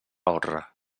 honra